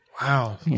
Wow